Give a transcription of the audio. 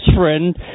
friend